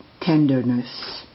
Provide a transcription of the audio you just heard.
Tenderness